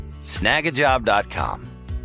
snagajob.com